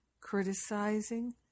criticizing